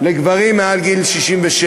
לגברים מעל גיל 67,